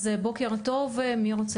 בוקר טוב, מי רוצה